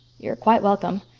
you're quite welcome.